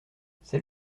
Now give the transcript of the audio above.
c’est